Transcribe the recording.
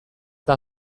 eta